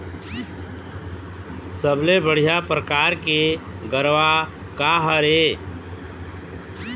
सबले बढ़िया परकार के गरवा का हर ये?